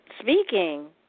speaking